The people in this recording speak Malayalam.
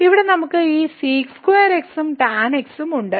ഇവിടെ നമുക്ക് ഈ sec2 x ഉം tan x ഉം ഉണ്ട്